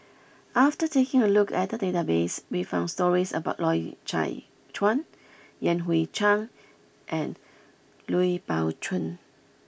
after taking a look at the database we found stories about Loy Chye Chuan Yan Hui Chang and Lui Pao Chuen